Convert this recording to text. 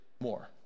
more